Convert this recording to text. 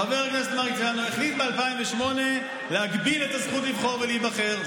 חבר הכנסת מרציאנו החליט ב-2008 להגביל את הזכות לבחור ולהיבחר.